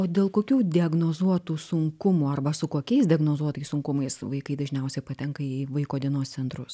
o dėl kokių diagnozuotų sunkumų arba su kokiais diagnozuotais sunkumais vaikai dažniausiai patenka į vaiko dienos centrus